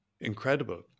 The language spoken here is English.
incredible